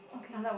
okay